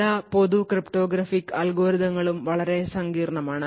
പല പൊതു ക്രിപ്റ്റോഗ്രാഫിക് അൽഗോരിതങ്ങളും വളരെ സങ്കീർണ്ണമാണ്